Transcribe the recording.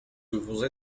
devons